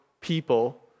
people